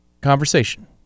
conversation